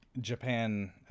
japan